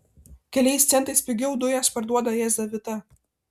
keliais centais pigiau dujas parduoda jazavita